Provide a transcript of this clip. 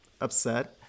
upset